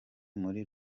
muri